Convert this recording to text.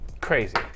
Crazy